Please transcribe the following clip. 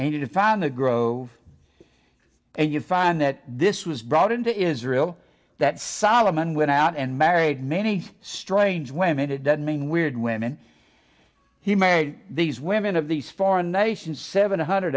and to found the grove and you find that this was brought into israel that solomon went out and married many strange women it doesn't mean weird women he made these women of these foreign nations seven hundred